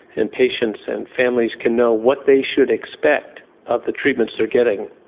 and patients and families can know what they should expect of the treatments they are getting.